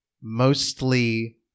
mostly